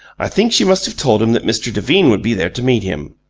i think she must have told him that mr. devine would be there to meet him.